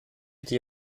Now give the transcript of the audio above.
die